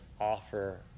offer